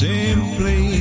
Simply